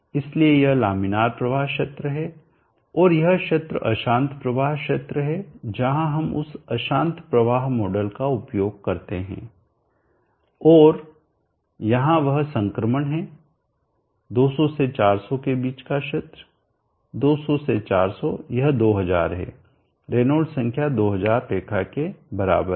इसलिए यह लामिनारप्रवाह क्षेत्र है और यह क्षेत्र अशांत प्रवाह क्षेत्र है जहाँ हम उस अशांत प्रवाह मॉडल का उपयोग करते हैं और यहाँ वह संक्रमण है 200 से 400 के बीच का क्षेत्र 200 से 400 यह 2000 है रेनॉल्ड्स संख्या 2000 रेखा के बराबर है